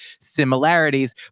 similarities